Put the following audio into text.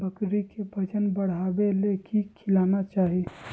बकरी के वजन बढ़ावे ले की खिलाना चाही?